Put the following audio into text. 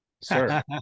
Sir